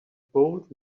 bold